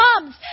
comes